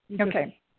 Okay